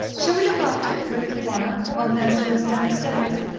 shall we look after her for a little while, while nurse goes downstairs?